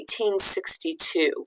1862